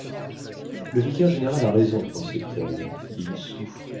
cathédrale le vicaire-général a raison pensait-elle il souffre